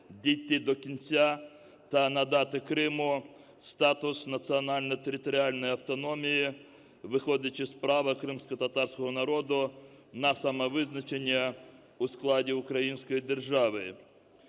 дійти до кінця та надати Криму статус національно-територіальної автономії, виходячи з права кримськотатарського народу на самовизначення у складі української держави.